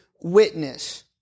witness